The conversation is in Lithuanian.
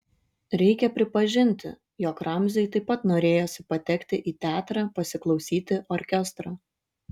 reikia pripažinti jog ramziui taip pat norėjosi patekti į teatrą pasiklausyti orkestro